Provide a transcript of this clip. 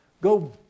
Go